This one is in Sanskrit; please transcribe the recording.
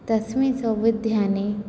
तस्मिन् सौविध्यानि